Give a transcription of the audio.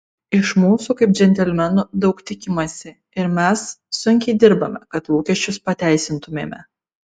iš mūsų kaip džentelmenų daug tikimasi ir mes sunkiai dirbame kad lūkesčius pateisintumėme